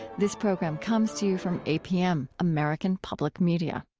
this program comes to you from apm, american public media